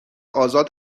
آزاد